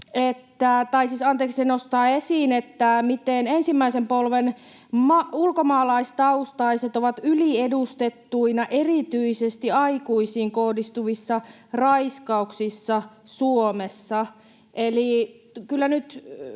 joka nostaa esiin, miten ensimmäisen polven ulkomaalaistaustaiset ovat yliedustettuina erityisesti aikuisiin kohdistuvissa raiskauksissa Suomessa.